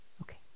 Okay